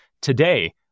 today